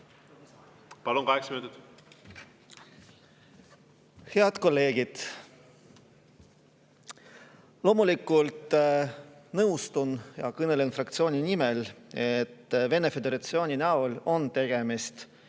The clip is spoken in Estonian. Palun! Kaheksa minutit. Head kolleegid! Loomulikult nõustun – ja kõnelen fraktsiooni nimel –, et Venemaa Föderatsiooni näol on tegemist